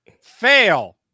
Fail